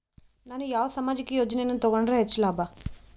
ನಾನು ಯಾವ ಸಾಮಾಜಿಕ ಯೋಜನೆಯನ್ನು ತಗೊಂಡರ ಹೆಚ್ಚು ಲಾಭ?